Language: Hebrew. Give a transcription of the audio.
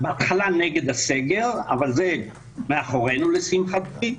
אבל זה מאחורינו לשמחתי.